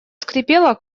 скрипело